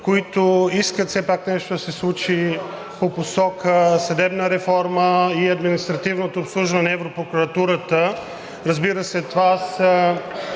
които искат все пак нещо да се случи по посока съдебна реформа и административното обслужване на Европрокуратурата, разбира се, това са